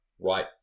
right